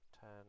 ten